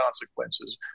consequences